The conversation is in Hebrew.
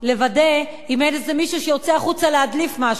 לוודא אם אין איזה מישהו שיוצא החוצה להדליף משהו.